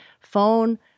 phone